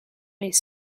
les